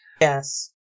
Yes